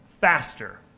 faster